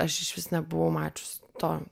aš išvis nebuvau mačiusi to